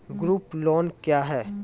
Group loan क्या है?